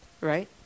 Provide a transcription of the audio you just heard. right